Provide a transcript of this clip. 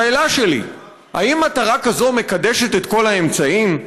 השאלה שלי: האם מטרה כזו מקדשת את כל האמצעים?